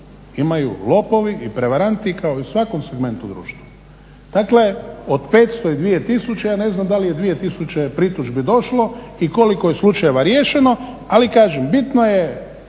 Imaju lopovi i prevaranti kao i u svakom segmentu društva. Dakle, od 500 i 2000 ja ne znam da li je 2000 pritužbi došlo i koliko je slučajeva riješeno. Ali kažem, bitno je